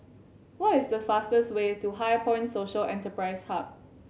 what is the fastest way to HighPoint Social Enterprise Hub